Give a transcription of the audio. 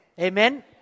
Amen